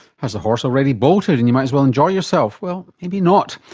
has the horse already bolted and you might as well enjoy yourself? well, maybe not,